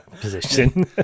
position